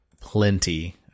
plenty